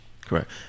Correct